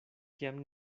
kiam